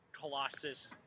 colossus